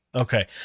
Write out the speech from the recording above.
Okay